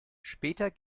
später